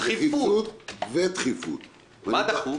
מה דחוף?